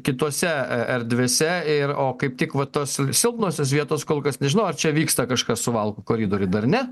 kitose erdvėse ir o kaip tik va tos silpnosios vietos kol kas nežinau ar čia vyksta kažkas suvalkų koridoriuj dar ne